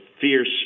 fierce